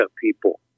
people